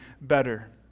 better